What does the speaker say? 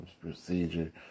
procedure